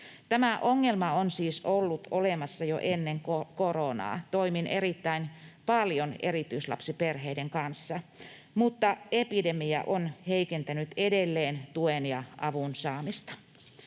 Tämä ongelma on siis ollut olemassa jo ennen koronaa — toimin erittäin paljon erityislapsiperheiden kanssa — mutta epidemia on heikentänyt edelleen tuen ja avun saamista.